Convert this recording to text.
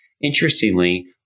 Interestingly